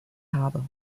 habe